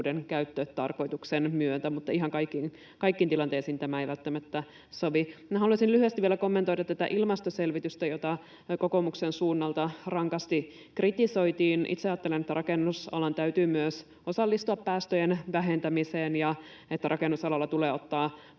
käyttötarkoituksen myötä, mutta ihan kaikkiin tilanteisiin tämä ei välttämättä sovi. Minä haluaisin lyhyesti vielä kommentoida tätä ilmastoselvitystä, jota kokoomuksen suunnalta rankasti kritisoitiin. Itse ajattelen, että rakennusalan täytyy myös osallistua päästöjen vähentämiseen ja että rakennusalalla tulee ottaa